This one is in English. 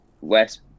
West